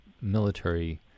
military